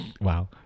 Wow